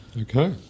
Okay